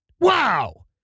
Wow